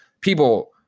people